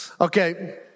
Okay